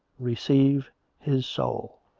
receive his soul.